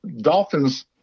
Dolphins